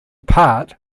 part